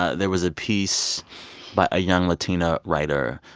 ah there was a piece by a young latina writer,